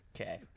Okay